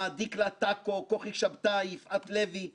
תודה מיוחדת נתונה לליאור רותם,